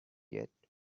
yet